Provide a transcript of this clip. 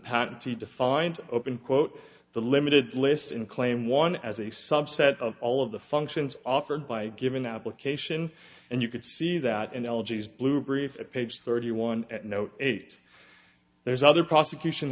patentee defined open quote the limited list in claim one as a subset of all of the functions offered by given application and you can see that an elegy is blue brief page thirty one at no eight there's other prosecution